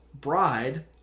bride